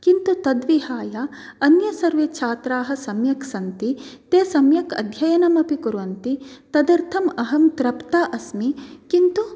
किन्तु तद्विहाय अन्ये सर्वे छात्राः सम्यक् सन्ति ते सम्यक् अध्ययनमपि कुर्वन्ति तदर्थम् अहम् तृप्ता अस्मि किन्तु